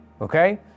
okay